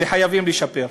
וחייבים לשפר.